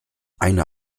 eine